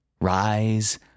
Rise